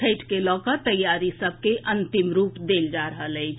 छठि के लऽ कऽ तैयारी सभ के अंतिम रूप देल जा रहल अछि